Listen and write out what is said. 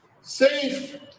safe